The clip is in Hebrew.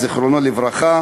זיאד, זיכרונו לברכה,